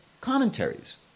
commentaries